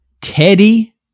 Teddy